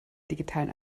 digitalen